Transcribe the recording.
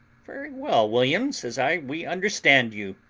very well, william, says i, we understand you.